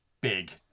big